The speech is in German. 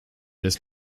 des